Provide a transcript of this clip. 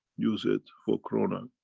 use it for corona.